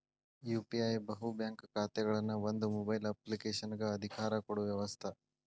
UPI ಬಹು bank ಖಾತೆಗಳನ್ನ ಒಂದ ಮೊಬೈಲ್ ಅಪ್ಲಿಕೇಶನಗ ಅಧಿಕಾರ ಕೊಡೊ ವ್ಯವಸ್ತ